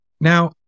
Now